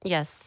Yes